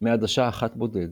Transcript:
מעדשה אחת בודדת.